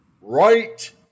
right